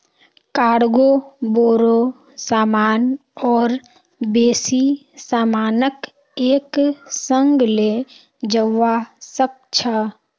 cargo बोरो सामान और बेसी सामानक एक संग ले जव्वा सक छ